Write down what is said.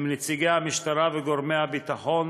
עם נציגי המשטרה וגורמי הביטחון,